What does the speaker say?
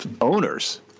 owners